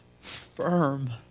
firm